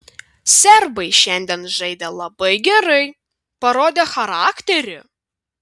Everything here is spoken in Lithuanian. serbai šiandien žaidė labai gerai parodė charakterį